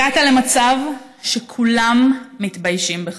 הגעת למצב שכולם מתביישים בך.